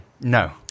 No